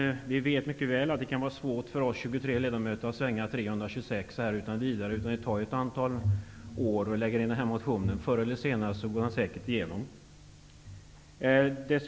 Vi vet mycket väl att det kan vara svårt för oss 23 ledamöter att utan vidare få med oss de övriga 326. Det tar ett antal år, men förr eller senare går motionen säkert igenom.